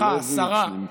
סליחה, השרה.